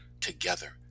together